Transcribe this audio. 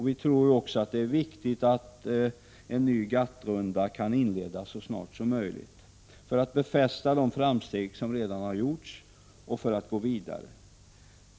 Vi tror också att det är viktigt att en ny GATT-runda kan inledas så snart som möjligt för att befästa de framsteg som redan har gjorts och för att gå vidare.